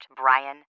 Brian